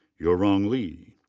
yuerong li.